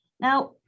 Now